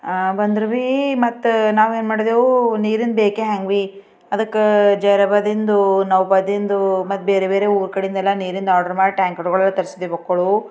ಬಂದ್ರೂ ಬಿ ಮತ್ತೆ ನಾವು ಏನು ಮಾಡಿದೆವು ನೀರಿನ ಬೇಗೆ ಹ್ಯಾಂಗೆ ಬೀ ಅದಕ್ಕೆ ಜರ ಬದಿಂದು ನಾವು ಬದಿಂದು ಮತ್ತೆ ಬೇರೆ ಬೇರೆ ಊರು ಕಡೆಂದೆಲ್ಲ ನೀರಿಂದು ಆಡ್ರ್ ಮಾಡಿ ಟ್ಯಾಂಕರ್ಗಳೆಲ್ಲ ತರಿಸಿದೆವು ಒಕ್ಕಳು